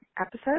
episode